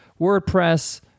WordPress